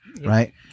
right